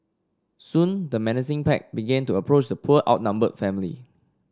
soon the menacing pack began to approach the poor outnumbered family